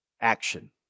action